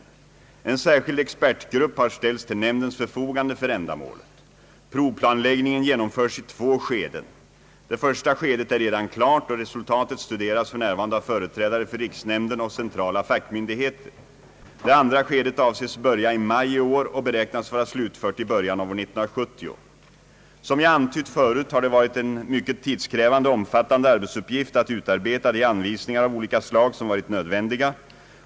En särskild expertgrupp har ställts till nämndens förfogande för ändamålet. Provplanläggningen genomförs i två skeden. Det första skedet är redan klart, och resultatet studeras för närvarande av företrädare för riksnämnden och centrala fackmyndigheter. Det andra skedet avses börja i maj i år och beräknas vara slutfört i början av år 1970. Som jag antytt förut har det varit en mycket tidskrävande och omfattande arbetsuppgift att utarbeta de anvisningar av olika slag som varit nödvändiga.